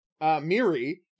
Miri